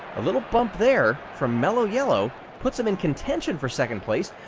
a little bump there from mellow yellow puts them in contention for second place.